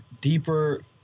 deeper